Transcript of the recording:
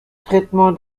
traitement